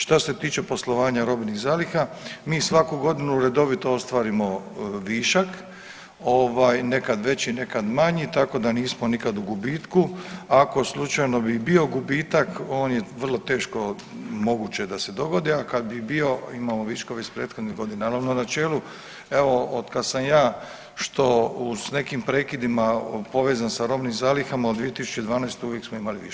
Što se tiče poslovanja robnih zaliha, mi svaku godinu redovito ostvarimo višak, ovaj, nekad veći, nekad manji, tako da nismo nikad u gubitku, ako slučajno bi i bio gubitak, on je vrlo teško moguće da se dogodi, a kad bi i bio, imamo viškove iz prethodnih godina, naravno, u načelu, evo, otkad sam ja što uz nekim prekidima povezan sa robnim zalihama od 2012., uvijek smo imali viškove.